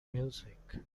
music